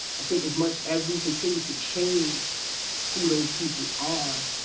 i think as much as we continue to change who those people are,